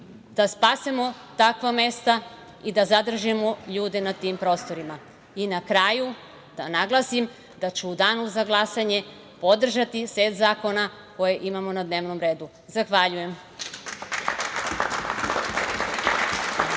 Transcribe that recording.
da spasemo takva mesta i da zadržimo ljude na tim prostorima. Na kraju da naglasim da ću u danu za glasanje podržati set zakona koje imamo na dnevnom redu. Zahvaljujem.